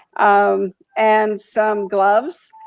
um and some gloves,